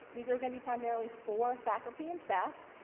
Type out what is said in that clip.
these are going to be primarily four faculty and staff,